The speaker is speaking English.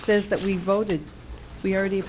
says that we voted we already